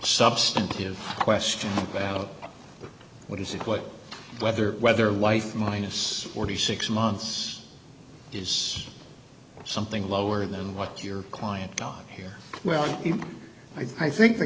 substantive question about what is it what whether whether wife minus forty six months is something lower than what your client got here well i think the